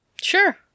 Sure